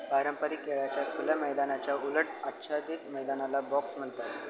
पारंपरिक खेळाच्या खुल्या मैदानाच्या उलट आच्छादित मैदानाला बॉक्स म्हणतात